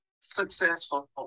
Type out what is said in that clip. successful